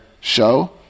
show